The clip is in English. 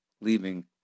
leaving